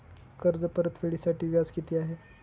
कर्ज परतफेडीसाठी व्याज किती आहे?